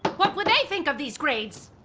what would they think of these grades?